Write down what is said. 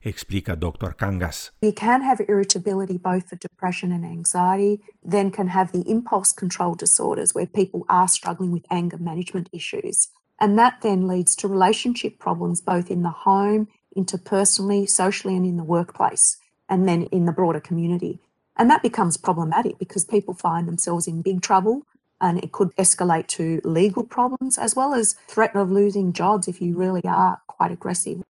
explica Dr. Kangas. You can have irritability both for depression and anxiety, then can have the impulse control disorders where people are struggling with anger management issues. And that then leads to relationship problems both in the home, interpersonally, socially, and in the workplace, and then in the broader community. And that becomes problematic because people find themselves in big trouble, and it could escalate to legal problems, as well as threat of losing jobs if you really are quite aggressive.